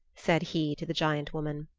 said he to the giant woman.